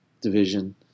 division